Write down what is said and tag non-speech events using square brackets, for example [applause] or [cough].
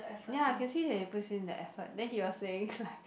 ya I can see that he puts in the effort then he was saying [laughs] like